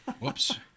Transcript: whoops